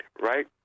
right